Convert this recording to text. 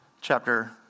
chapter